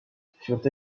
furent